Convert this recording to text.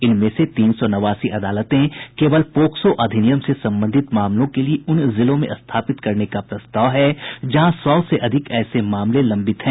इनमें से तीन सौ नवासी अदालतें केवल पोक्सो अधिनियम से संबंधित मामलों के लिए उन जिलों में स्थापित करने का प्रस्ताव है जहां सौ से अधिक ऐसे मामले लंबित हैं